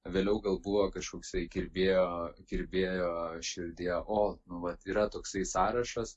vėliau gal buvo kažkoksai kirbėjo kirbėjo širdyje o nu vat yra toksai sąrašas